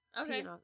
Okay